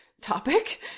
topic